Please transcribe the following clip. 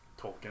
Tolkien